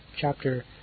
chapter